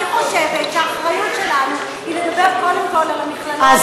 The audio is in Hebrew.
אני חושבת שהאחריות שלנו היא לדבר קודם כול על המכללות שהן לא,